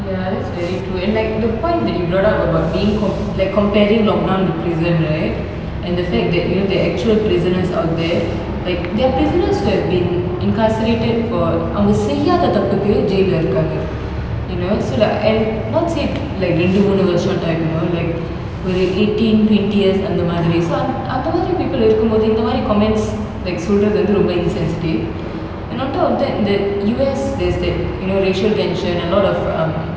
ya that's very true and like the point that you brought up about being com~ like comparing lockdown to prison right and the fact that you know the actual prisoners out there like there are prisoners who have been incarcerated for அவங்க செய்யாத தப்புக்கு jail ல இருக்காங்க:avanga seiyatha thappuku jail la irukanga you know so like and not say like ரெண்டு மூணு வருஷம்:rendu moonu varusham you know like ஒரு:oru eighteen twenty years அந்த மாதிரி:antha mathiri so அந்த மாதிரி:antha mathiri people இருக்கும் போது இந்த மாதிரி:irukum pothu intha mathiri comments like சொல்றது வந்து:solrathu vanthu insensitive and on top of that that U_S there's that you know racial tension a lot of um